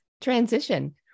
transition